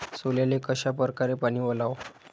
सोल्याले कशा परकारे पानी वलाव?